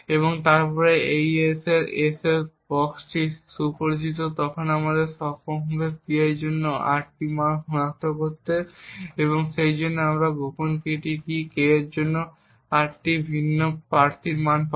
এবং তারপর AES s বক্সটি সুপরিচিত আমরা তখন সক্ষম হব P এর জন্য 8টি মান সনাক্ত করতে এবং সেইজন্য আমরা গোপন কী k এর জন্য 8টি ভিন্ন প্রার্থীর মান পাব